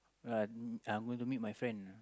uh I'm gona meet my friend